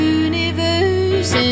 universe